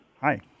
Hi